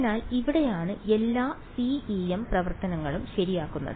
അതിനാൽ ഇവിടെയാണ് എല്ലാ CEM പ്രവർത്തനങ്ങളും ശരിയാകുന്നത്